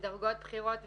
לדרגות בכירות,